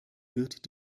wird